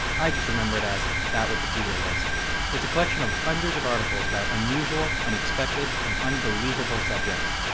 i just remember it as, that wikipedia list it's a collection of hundreds of articles about unusual, unexpected, and unbelievable subjects.